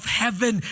heaven